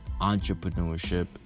entrepreneurship